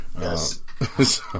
Yes